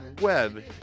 web